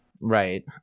right